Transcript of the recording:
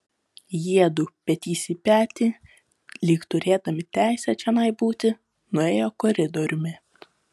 jiedu petys į petį lyg turėdami teisę čionai būti nuėjo koridoriumi